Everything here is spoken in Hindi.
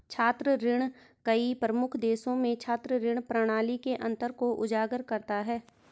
छात्र ऋण कई प्रमुख देशों में छात्र ऋण प्रणाली के अंतर को उजागर करता है